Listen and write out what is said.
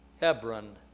Hebron